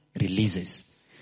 releases